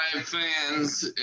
fans